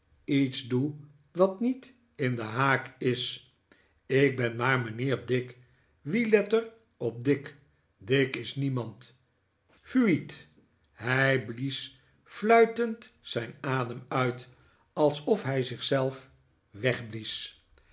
iets doe wat niet in den haak is ik ben maar mijnheer dick wie let er op dick dick is niemand fu iet hij blies fluitend zijn adem uit alsof hij zich zelf wegblies